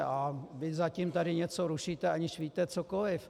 A vy zatím tady něco rušíte, aniž víte cokoliv.